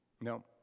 No